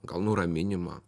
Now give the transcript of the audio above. gal nuraminimą